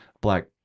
Black